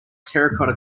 terracotta